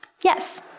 Yes